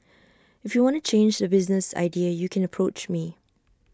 if you wanna change the business idea you can approach me